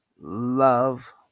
love